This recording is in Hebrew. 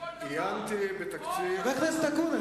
הרי הם מכתיבים לכם כל